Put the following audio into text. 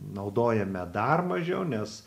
naudojame dar mažiau nes